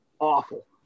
awful